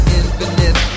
infinite